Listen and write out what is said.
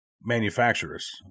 manufacturers